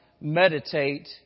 meditate